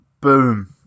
Boom